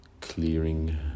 Clearing